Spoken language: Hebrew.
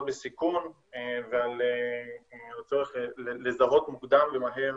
בסיכון ועל הצורך לזהות מוקדם ומהר